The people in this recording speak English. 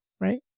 right